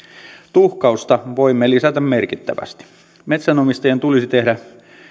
tuhkausta voimme lisätä merkittävästi metsänomistajien tulisi tehdä